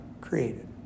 created